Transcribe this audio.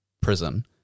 prison